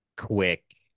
quick